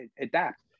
adapt